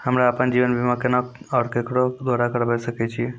हमरा आपन जीवन बीमा केना और केकरो द्वारा करबै सकै छिये?